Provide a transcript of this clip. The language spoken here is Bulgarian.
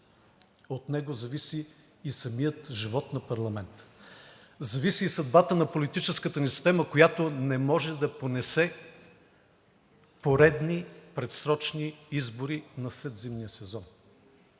от него зависи и самият живот на парламента, зависи и съдбата на политическата ни система, която не може да понесе поредни предсрочни избори насред зимния сезон.